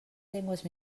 llengües